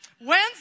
When's